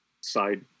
side